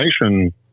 information